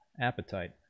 appetite